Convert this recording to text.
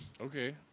Okay